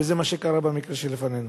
וזה מה שקרה במקרה שלפנינו.